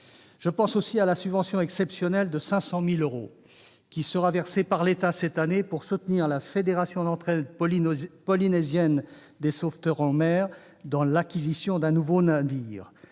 Je pense aussi à la subvention exceptionnelle de 500 000 euros qui sera versée par l'État cette année pour soutenir la Fédération d'entraide polynésienne des sauveteurs en mer (FEPSM) pour l'acquisition d'un nouveau navire.